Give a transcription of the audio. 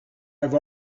have